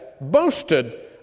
boasted